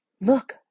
Look